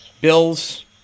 Bills